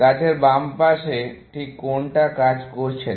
গাছের বাম পাশে ঠিক কোনটা কাজ করছে না